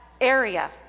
area